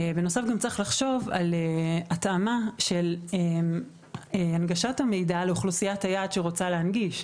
צריך גם לחשוב על התאמה של הנגשת המידע לאוכלוסיית היעד שרוצה להנגיש.